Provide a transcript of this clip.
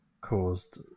caused